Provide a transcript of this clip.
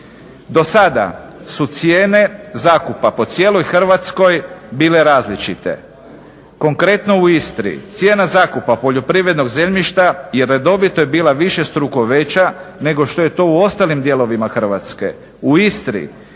Do sada su cijene zakupa po cijeloj Hrvatskoj bile različite. Konkretno u Istri cijena zakupa poljoprivrednog zemljišta redovito je bila višestruko veća nego što je to u ostalim dijelovima Hrvatske.